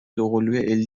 دوقلوی